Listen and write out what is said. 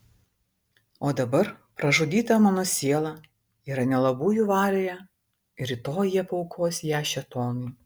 o dabar pražudyta mano siela yra nelabųjų valioje ir rytoj jie paaukos ją šėtonui